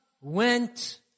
went